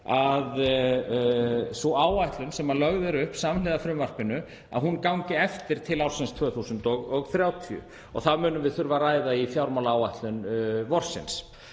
að sú áætlun sem lögð er upp samhliða frumvarpinu gangi eftir til ársins 2030. Það munum við þurfa að ræða í fjármálaáætlun vorsins.